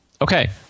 Okay